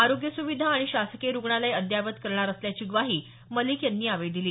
आरोग्य सुविधा आणि शासकीय रुग्णालय अद्ययावत करणार असल्याची ग्वाही मलिक यांनी यावेळी दिली